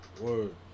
Word